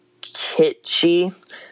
kitschy